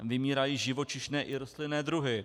Vymírají živočišné i rostlinné druhy.